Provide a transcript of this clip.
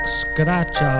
scratch